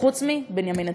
חוץ מבנימין נתניהו.